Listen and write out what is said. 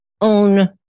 own